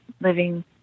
living